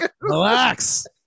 Relax